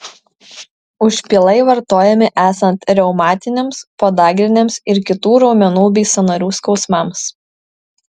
užpilai vartojami esant reumatiniams podagriniams ir kitų raumenų bei sąnarių skausmams